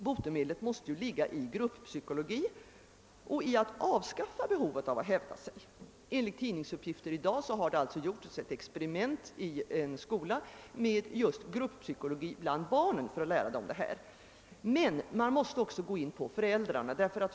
Botemedlet måste ligga i gruppsykologi och i att avskaffa behovet av att hävda sig. Enligt tidningsuppgifter i dag har i en skola gjorts experiment med just gruppsykologi bland barnen för att lära dem detta. Men man måste också vända sig till föräldrarna.